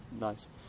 nice